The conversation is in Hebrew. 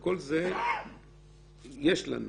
וכל זה יש לנו.